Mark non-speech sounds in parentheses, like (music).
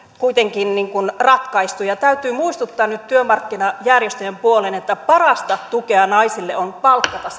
kuitenkin ratkaistu ja täytyy muistuttaa nyt työmarkkinajärjestöjen puoleen että parasta tukea naisille on palkkatasa (unintelligible)